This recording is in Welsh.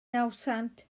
nawddsant